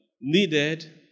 needed